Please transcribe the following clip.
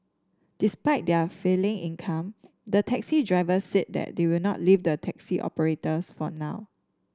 despite their falling income the taxi drivers said they would not leave the taxi operators for now